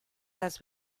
las